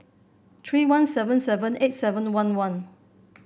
three one seven seven eight seven one one